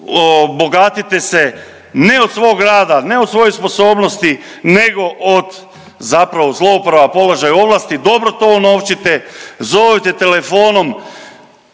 bogatite se ne od svog rada, ne od svoje sposobnosti nego od zapravo zlouporaba položaja i ovlasti, dobro to unovčite, zovite telefonom.